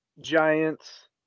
Giants